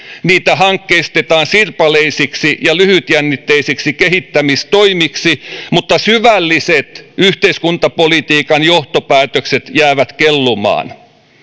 niitä hankkeistetaan sirpaleisiksi ja lyhytjännitteisiksi kehittämistoimiksi mutta syvälliset yhteiskuntapolitiikan johtopäätökset jäävät kellumaan